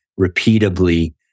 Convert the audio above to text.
repeatably